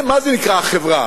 מה זה נקרא החברה?